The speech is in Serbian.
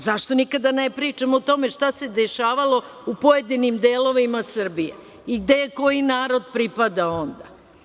Zašto nikada ne pričamo o tome šta se dešavalo u pojedinim delovima Srbije i gde je koji narod pripadao onda?